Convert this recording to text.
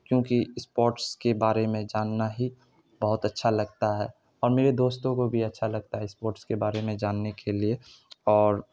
کیونکہ اسپورٹس کے بارے میں جاننا ہی بہت اچھا لگتا ہے اور میرے دوستوں کو بھی اچھا لگتا ہے اسپورٹس کے بارے میں جاننے کے لیے اور